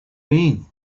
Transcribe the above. been